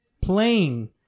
playing